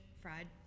fried